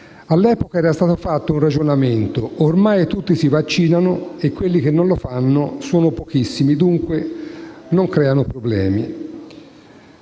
All'epoca era stato fatto un ragionamento: ormai tutti si vaccinano e quelli che non lo fanno sono pochissimi, dunque non creano problemi.